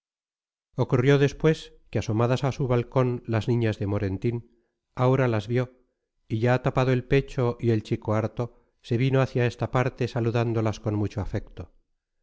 ocurrió después que asomadas a su balcón las niñas de morentín aura las vio y ya tapado el pecho y el chico harto se vino hacia esta parte saludándolas con mucho afecto